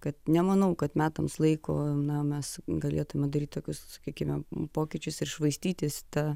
kad nemanau kad metams laiko na mes galėtume daryt tokius sakykime pokyčius ir švaistytis ta